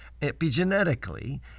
epigenetically